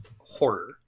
horror